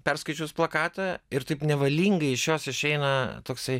perskaičius plakatą ir taip nevalingai iš jos išeina toksai